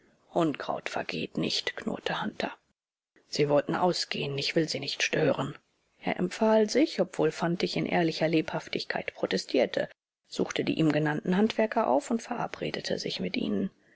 unkraut vergeht nicht knurrte hunter sie wollten ausgehen ich will sie nicht stören er empfahl sich obwohl fantig in ehrlicher lebhaftigkeit protestierte suchte die ihm genannten handwerker auf und verabredete sich mit ihnen